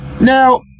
Now